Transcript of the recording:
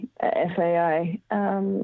FAI